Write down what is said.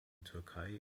türkei